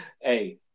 Hey